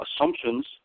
assumptions